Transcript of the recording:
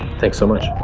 thanks so much